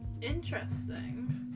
interesting